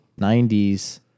90s